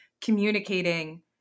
communicating